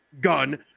gun